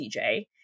CJ